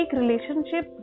relationship